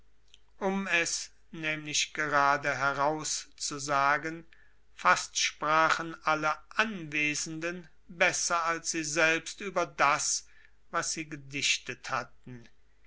um es nämlich geradeheraus zu sagen fast sprachen alle anwesenden besser als sie selbst über das was sie gedichtet hatten